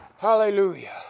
Hallelujah